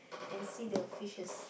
and see the fishes